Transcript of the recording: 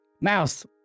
Mouse